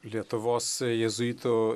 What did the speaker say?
lietuvos jėzuitų